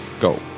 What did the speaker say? go